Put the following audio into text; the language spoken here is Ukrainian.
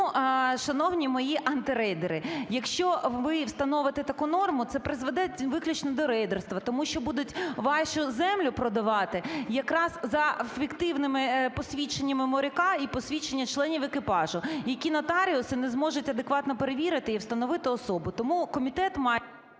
Тому, шановні мої антирейдери, якщо ви встановите таку норму, це призведе виключно до рейдерства, тому що будуть вашу землю продавати якраз за фіктивними посвідченнями моряка і посвідченнями членів екіпажу, які нотаріуси не зможуть адекватно перевірити і встановити особу. Тому комітет мав...